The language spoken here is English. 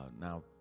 now